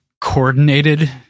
coordinated